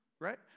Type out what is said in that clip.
right